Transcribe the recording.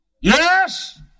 Yes